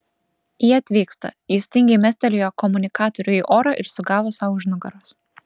jie atvyksta jis tingiai mestelėjo komunikatorių į orą ir sugavo sau už nugaros